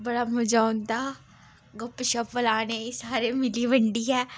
बड़ा मज़ा औंदा गप शप लाने गी सारे मिली बंडियै